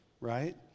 right